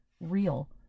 real